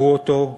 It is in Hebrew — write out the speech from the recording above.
דקרו אותו,